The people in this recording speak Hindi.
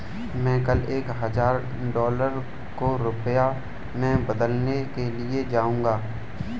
मैं कल एक हजार डॉलर को रुपया में बदलने के लिए जाऊंगा